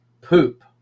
poop